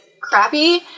crappy